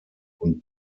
und